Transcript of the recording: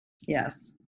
Yes